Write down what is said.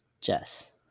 Jess